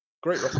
Great